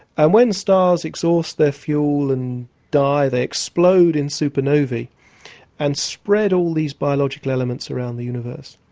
and when stars exhaust their fuel and die, they explode in supernovae and spread all these biological elements around the universe.